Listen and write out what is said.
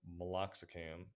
meloxicam